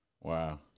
Wow